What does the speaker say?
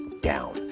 down